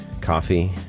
coffee